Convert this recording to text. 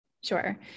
Sure